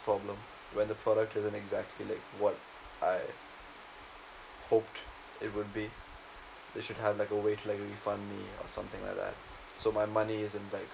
problem when the product isn't exactly like what I hoped it would be they should have like a way to like refund me or something like that so my money isn't like